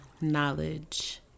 knowledge